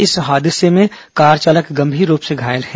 इस हादसे में कार चालक गंभीर रूप से घायल है